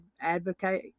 advocate